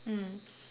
mm